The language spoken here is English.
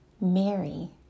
Mary